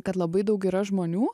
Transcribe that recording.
kad labai daug yra žmonių